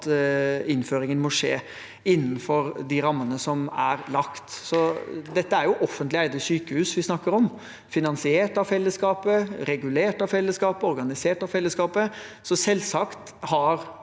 at innføringen må skje innenfor de rammene som er lagt. Det er jo offentlig eide sykehus vi snakker om – finansiert av fellesskapet, regulert av fellesskapet og organisert av fellesskapet. Selvsagt har